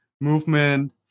movement